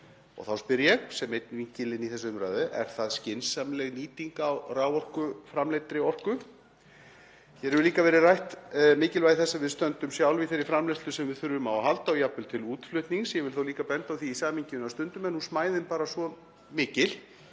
Þá spyr ég, sem einn vinkill inn í þessa umræðu: Er það skynsamleg nýting á raforkuframleiddri orku? Hér hefur líka verið rætt mikilvægi þess að við stöndum sjálf í þeirri framleiðslu sem við þurfum á að halda og jafnvel til útflutnings. Ég vil þá líka benda á það í því samhengi að stundum er smæðin bara svo mikil